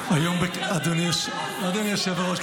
אדוני היושב-ראש,